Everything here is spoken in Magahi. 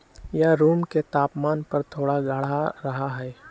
यह रूम के तापमान पर थोड़ा गाढ़ा रहा हई